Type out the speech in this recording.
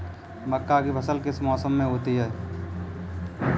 मक्का की फसल किस मौसम में होती है?